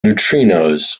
neutrinos